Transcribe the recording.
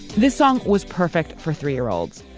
this song was perfect for three-year-olds.